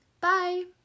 bye